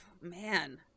man